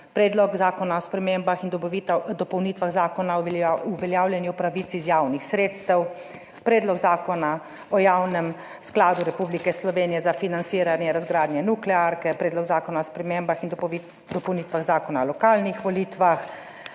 Predlog zakona o spremembah in dopolnitvah Zakona o uveljavljanju pravic iz javnih sredstev, Predlog Zakona o Javnem skladu Republike Slovenije za financiranje razgradnje nuklearke, Predlog zakona o spremembah in dopolnitvah zakona o lokalnih volitvah,